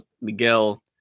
Miguel